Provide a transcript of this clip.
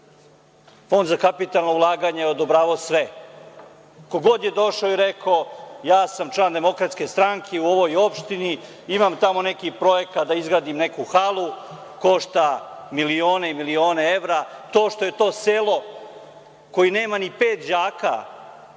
Fond za kapitalna ulaganja je odobravao sve, ko god je došao i rekao - ja sam član DS u ovoj opštini, imam tamo neki projekat da izgradim neku halu, košta milione i milione evra, to što je to selo koje nema ni pet đaka,